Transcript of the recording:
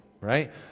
right